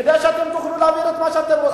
כדי שאתם תוכלו להעביר את מה שאתם רוצים,